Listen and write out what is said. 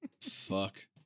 Fuck